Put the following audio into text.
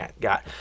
got